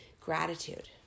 gratitude